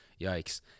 Yikes